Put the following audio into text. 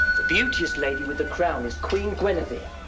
the beauteous lady with the crown is queen guinevere.